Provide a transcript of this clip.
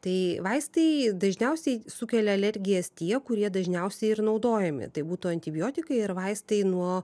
tai vaistai dažniausiai sukelia alergijas tie kurie dažniausiai ir naudojami tai būtų antibiotikai ir vaistai nuo